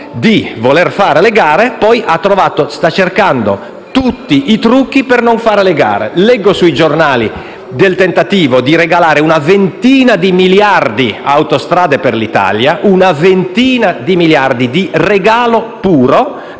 di voler far le gare, sta cercando tutti i trucchi per non farle. Leggo sui giornali del tentativo di regalare una ventina di miliardi ad Autostrade per l'Italia, un regalo puro,